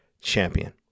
champion